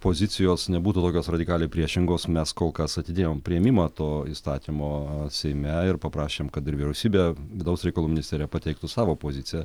pozicijos nebūtų tokios radikaliai priešingos mes kol kas atidėjom priėmimą to įstatymo seime ir paprašėm kad ir vyriausybė vidaus reikalų ministerija pateiktų savo poziciją